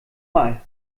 mal